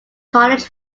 college